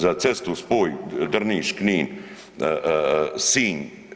Za cestu, spoj Drniš-Knin-Sinj.